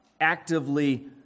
actively